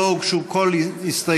לא הוגשו כל הסתייגויות.